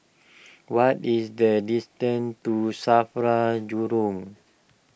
what is the distance to Safra Jurong